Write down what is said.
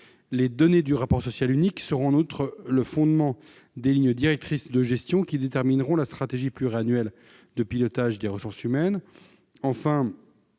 Les données du rapport social unique seront en outre le fondement des lignes directrices de gestion, qui détermineront la stratégie pluriannuelle de pilotage des ressources humaines. Enfin,